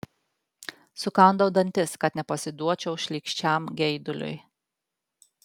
sukandau dantis kad nepasiduočiau šlykščiam geiduliui